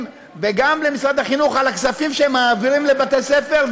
וגם למשרד החינוך על הכספים שהם מעבירים לבתי-ספר,